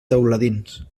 teuladins